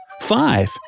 five